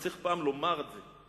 צריך פעם לומר את זה,